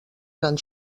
gran